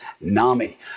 NAMI